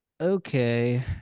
okay